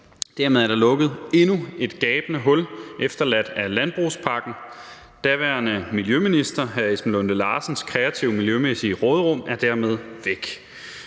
Dermed er der lukket endnu et gabende hul efterladt af landbrugspakken. Daværende miljøminister Esben Lunde Larsens kreative miljømæssige råderum er dermed væk.